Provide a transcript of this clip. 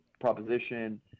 proposition